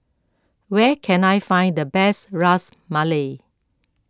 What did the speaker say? where can I find the best Ras Malai